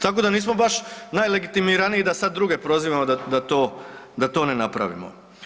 Tako da nismo baš najlegitiminiraniji da sad druge prozivamo da to ne napravimo.